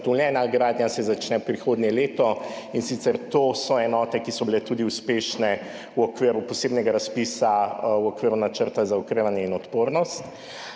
In sicer to so enote, ki so bile tudi uspešne v okviru posebnega razpisa v okviru Načrta za okrevanje in odpornost.